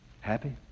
Happy